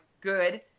Good